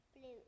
Blue